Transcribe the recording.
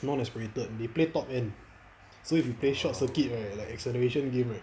non aspirated they play top end so if you play short circuit right like acceleration game right